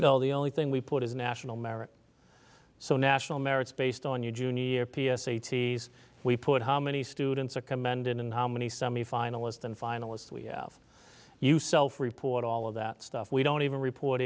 you know the only thing we put is national merit so national merits based on your junior p s eighty's we put how many students are commended and how many semifinalist and finalists we have you self report all of that stuff we don't even report